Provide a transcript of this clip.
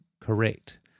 correct